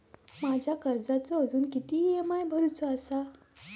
माझ्या कर्जाचो अजून किती ई.एम.आय भरूचो असा?